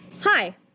Hi